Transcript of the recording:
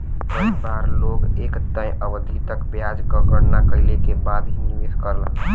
कई बार लोग एक तय अवधि तक ब्याज क गणना कइले के बाद ही निवेश करलन